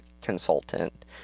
consultant